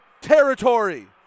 Territory